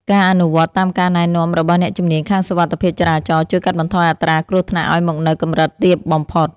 ការអនុវត្តតាមការណែនាំរបស់អ្នកជំនាញខាងសុវត្ថិភាពចរាចរណ៍ជួយកាត់បន្ថយអត្រាគ្រោះថ្នាក់ឱ្យមកនៅកម្រិតទាបបំផុត។